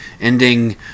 ending